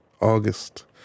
August